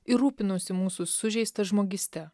ir rūpinosi mūsų sužeista žmogyste